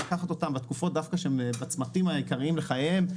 לקחת אותם דווקא בתקופות שהם בצמתים העיקריים לחייהם.